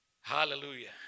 Hallelujah